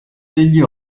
degli